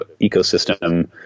ecosystem